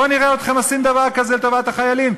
בוא נראה אתכם עושים דבר כזה לטובת החיילים,